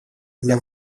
для